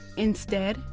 instead,